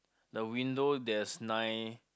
the window there's nine